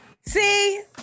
See